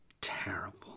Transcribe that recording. terrible